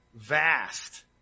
vast